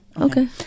Okay